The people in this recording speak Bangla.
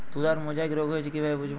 তুলার মোজাইক রোগ হয়েছে কিভাবে বুঝবো?